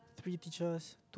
free teachers